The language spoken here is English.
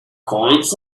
coins